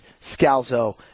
Scalzo